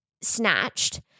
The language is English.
snatched